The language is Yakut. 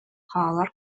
хаалар